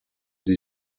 des